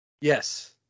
Yes